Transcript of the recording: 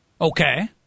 Okay